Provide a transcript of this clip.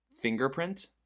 fingerprint